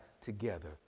together